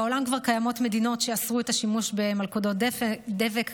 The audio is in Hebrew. בעולם כבר קיימות מדינות שאסרו את השימוש במלכודות דבק,